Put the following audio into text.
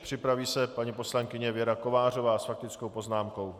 Připraví se paní poslankyně Věra Kovářová s faktickou poznámkou.